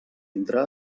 entre